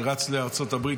שרץ לארצות הברית,